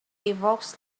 evokes